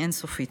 היא אין-סופית.